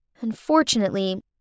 Unfortunately